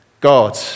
God